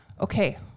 Okay